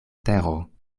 tero